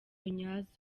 nyazo